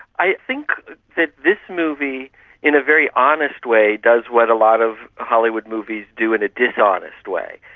i think that this movie in a very honest way does what a lot of hollywood movies do in a dishonest way,